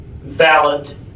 valid